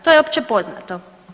To je opće poznato.